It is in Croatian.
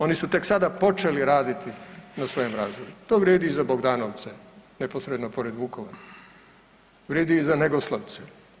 Oni su tek sada počeli raditi na svojem razvoju, to vrijedi i za Bogdanovce neposredno pored Vukovara, vrijedi i za Negoslavce.